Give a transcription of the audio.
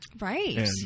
right